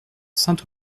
saint